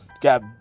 Got